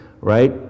right